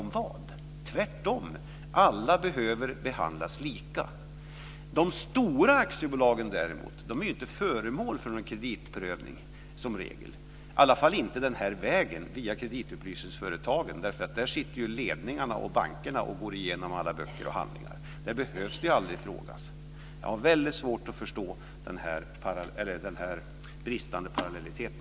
Tvärtom, alla behöver behandlas lika. De stora aktiebolagen däremot är som regel inte föremål för någon kreditprövning, åtminstone inte via kreditupplysningsföretagen. Där går ledningen och bankerna igenom alla handlingar. Där behöver det inte frågas. Jag har svårt att förstå den bristande parallelliteten.